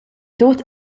tut